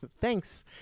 thanks